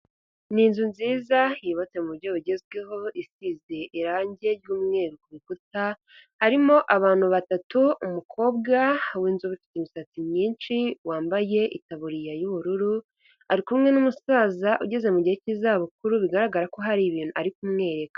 Ni inzu nziza yubatse mu buryo bugezweho isize irangi ry'umweru ku rukuta, harimo abantu batatu umukobwa w'inzobe ufite imisatsi myinshi wambaye itaburiya y'ubururu ari kumwe n'umusaza ugeze mu gihe cy'izabukuru bigaragara ko hari ibintu ari kumwereka.